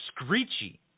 screechy